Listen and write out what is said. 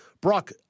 Brock